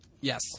Yes